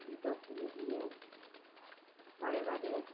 বিপদ ভুলে গিয়ে বারে বারে